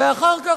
ואחר כך,